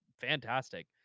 fantastic